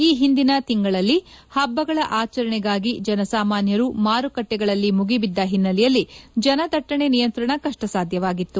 ಈ ಹಿಂದಿನ ತಿಂಗಳಲ್ಲಿ ಹಬ್ಬಗಳ ಆಚರಣೆಗಾಗಿ ಜನಸಾಮಾನ್ಯರು ಮಾರುಕಟ್ಟೆಗಳಲ್ಲಿ ಮುಗಿಬಿದ್ದ ಹಿನ್ನೆಲೆಯಲ್ಲಿ ಜನದಟ್ಟಣೆ ನಿಯಂತ್ರಣ ಕಷ್ಟಸಾಧ್ಯವಾಗಿತ್ತು